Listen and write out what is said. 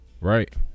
Right